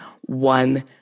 one